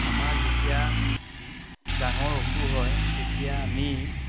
আমাৰ যেতিয়া ডাঙৰ অসুষ হয় তেতিয়া আমি